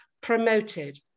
promoted